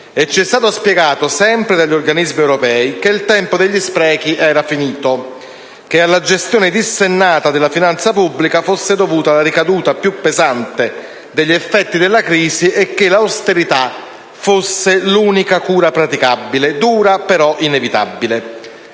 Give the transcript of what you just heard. E ci è stato spiegato, sempre dagli organismi europei, che il tempo degli sprechi era finito, che alla gestione dissennata delle finanze pubbliche fosse dovuta la ricaduta più pesante degli effetti della crisi e che l'austerità fosse l'unica cura praticabile, dura ma inevitabile.